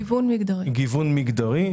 גיוון מגדרי,